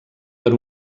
per